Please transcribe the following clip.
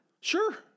Sure